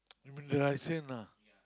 you mean the rice in ah